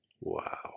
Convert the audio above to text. Wow